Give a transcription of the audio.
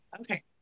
okay